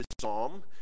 psalm